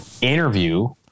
interview